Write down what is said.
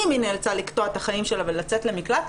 אם היא נאלצה לקטוע את החיים שלא ולצאת למקלט,